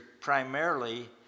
primarily